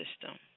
system